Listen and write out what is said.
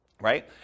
right